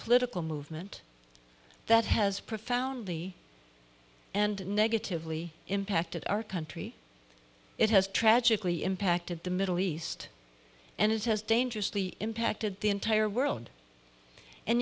political movement that has profoundly and negatively impacted our country it has tragically impacted the middle east and it has dangerously impacted the entire world and